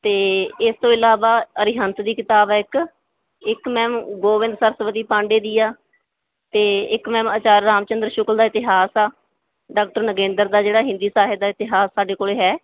ਅਤੇ ਇਸ ਤੋਂ ਇਲਾਵਾ ਅਰੀਹੰਤ ਦੀ ਕਿਤਾਬ ਆ ਇੱਕ ਇੱਕ ਮੈਮ ਗੋਬਿੰਦ ਸਰਸਵਤੀ ਪਾਂਡੇ ਦੀ ਆ ਅਤੇ ਇੱਕ ਮੈਮ ਆਚਾਰੀਆ ਰਾਮ ਚੰਦਰ ਸ਼ੁਕਲ ਦਾ ਇਤਿਹਾਸ ਆ ਡਾਕਟਰ ਨਗੇਂਦਰ ਦਾ ਜਿਹੜਾ ਹਿੰਦੀ ਸਾਹਿਤ ਦਾ ਇਤਿਹਾਸ ਸਾਡੇ ਕੋਲ ਹੈ